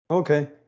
Okay